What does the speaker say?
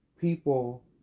people